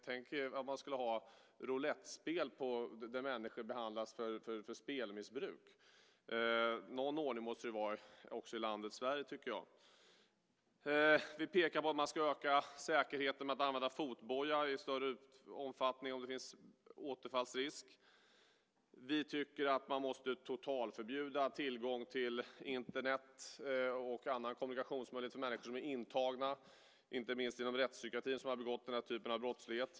Tänk er att man skulle ha roulettspel där människor behandlas för spelmissbruk. Någon ordning måste det vara också i landet Sverige, tycker jag. Vi pekar på att man ska öka säkerheten genom att använda fotboja i större omfattning om det finns återfallsrisk. Vi tycker att man måste totalförbjuda tillgång till Internet och annan kommunikation för människor som är intagna, inte minst inom rättspsykiatrin, och som har begått den här typen av brottslighet.